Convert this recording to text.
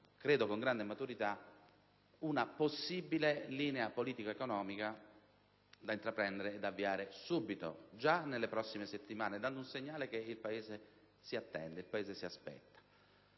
credo con grande maturità, una possibile linea politica ed economica da intraprendere ed avviare subito, già nelle prossime settimane, dando quel segnale che il Paese si attende, si aspetta.